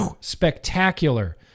spectacular